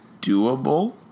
doable